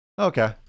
Okay